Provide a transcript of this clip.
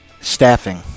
Staffing